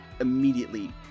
immediately